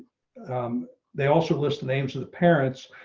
um they also list the names of the parents.